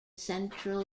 central